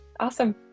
Awesome